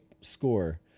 score